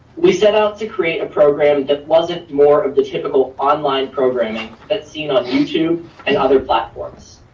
we set out to create a program that wasn't more of the typical online programming that's seen on youtube and other platforms.